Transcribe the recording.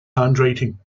handwriting